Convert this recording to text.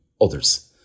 others